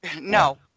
No